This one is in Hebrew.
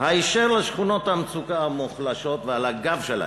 היישר לשכונות המצוקה המוחלשות ועל הגב שלהן.